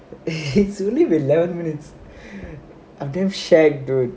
it's only eleven minutes I'm damn shag dude